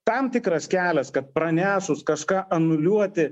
tam tikras kelias kad pranešus kažką anuliuoti